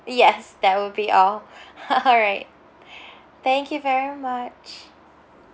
yes that will be all all right thank you very much